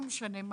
זה לא משנה.